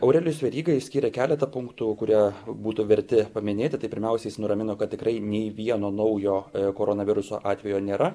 aurelijus veryga išskyrė keletą punktų kurie būtų verti paminėti tai pirmiausiai jis nuramino kad tikrai nei vieno naujo koronaviruso atvejo nėra